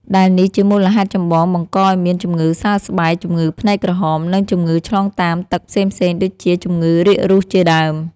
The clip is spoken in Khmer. ដែលនេះ ជាមូលហេតុចម្បងបង្កឱ្យមានជំងឺសើស្បែក ជំងឺភ្នែកក្រហម និងជំងឺឆ្លងតាមទឹកផ្សេងៗដូចជាជំងឺរាគរូសជាដើម។